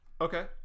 Okay